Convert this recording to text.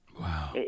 Wow